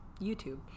YouTube